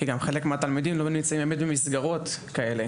כי חלק מהתלמידים גם לא באמת נמצאים במסגרות כאלה.